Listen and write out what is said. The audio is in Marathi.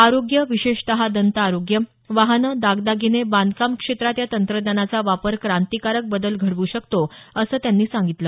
आरोग्य विशेषतः दंत आरोग्य वाहनं दागदागिने बांधकाम क्षेत्रात या तंत्रज्ञानाचा वापर क्रांतिकारक बदल घडवू शकतो असं त्यानी सांगितलं